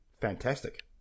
fantastic